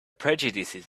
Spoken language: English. prejudices